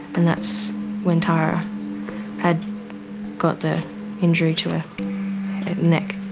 and that's when tara had got the injury to her neck.